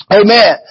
amen